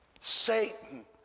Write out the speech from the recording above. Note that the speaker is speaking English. Satan